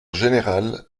général